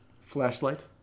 Flashlight